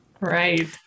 right